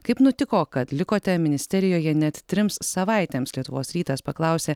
kaip nutiko kad likote ministerijoje net trims savaitėms lietuvos rytas paklausė